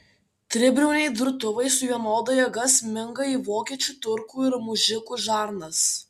tribriauniai durtuvai su vienoda jėga sminga į vokiečių turkų ir mužikų žarnas